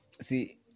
See